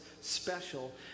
special